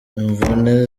imvune